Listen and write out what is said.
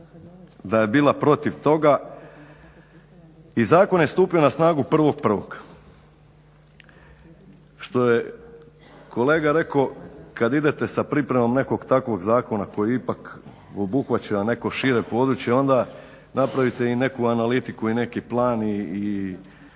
tad bila protiv toga i zakon je stupio na snagu 1.1.što je kolega rekao, kad idete sa pripremom nekog takvog zakona koji je ipak obuhvatio neko šire područje onda napravite i neku analitiku i neki plan i